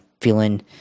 Feeling